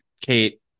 Kate